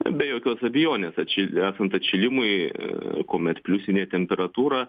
be jokios abejonės atšil esant atšilimui kuomet pliusinė temperatūra